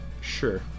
Sure